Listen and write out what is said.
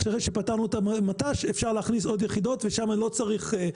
אחרי שפתרנו את המט"ש אפשר להכניס עוד יחידות ושם אני לא צריך,